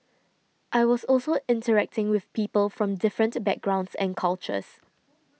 I was also interacting with people from different backgrounds and cultures